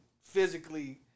physically